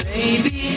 Baby